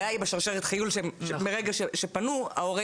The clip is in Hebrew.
הבעיה היא בשרשרת חיול שמרגע שפנו ההורה